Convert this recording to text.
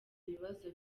ibibazo